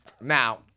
Now